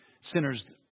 sinners